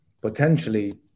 potentially